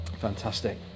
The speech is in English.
Fantastic